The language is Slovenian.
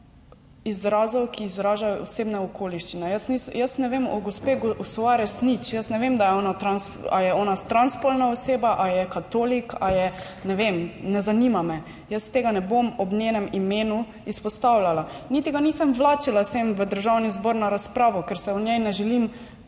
izrazov, ki izražajo osebne okoliščine. Jaz nisem, jaz ne vem, o gospe Soares nič, jaz ne vem, da je ona, ali je ona transspolna oseba ali je katolik ali je, ne vem, ne zanima me, jaz tega ne bom ob njenem imenu izpostavljala, niti ga nisem vlačila sem v Državni zbor na razpravo, ker se o njej ne želim